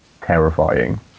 terrifying